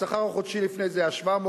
השכר החודשי לפני זה היה 700,